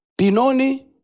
Pinoni